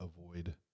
avoid